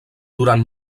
durant